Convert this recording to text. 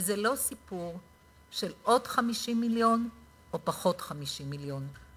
וזה לא סיפור של עוד 50 מיליון או פחות 50 מיליון.